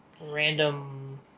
random